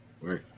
right